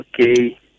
Okay